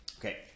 Okay